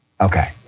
Okay